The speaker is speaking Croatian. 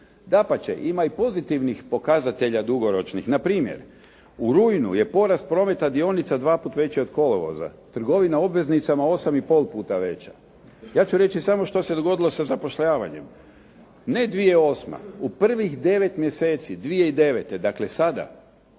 Dapače, ima i pozitivnih pokazatelja dugoročnih. Na primjer, u rujnu je porast prometa dionica dva puta veća od kolovoza, trgovina obveznicama 8,5 puta veća. Ja ću reći samo što se dogodilo sa zapošljavanjem. Ne 2008., u prvih devet mjeseci 2009., dakle sada